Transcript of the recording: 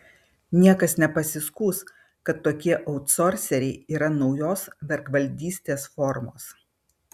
niekas nepasiskųs kad tokie autsorseriai yra naujos vergvaldystės formos